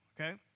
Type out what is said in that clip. Okay